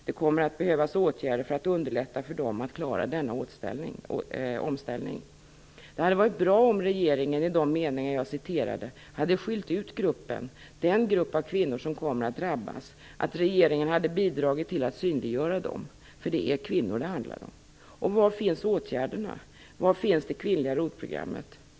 Det kommer att behövas åtgärder för att underlätta för dem att klara denna omställning." Det hade varit bra om regeringen i de meningar jag citerade hade skilt ut den grupp av kvinnor som kommer att drabbas och bidragit till att synliggöra dem. För det är kvinnor det handlar om. Var finns åtgärderna? Var finns det kvinnliga ROT-programmet?